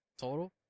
total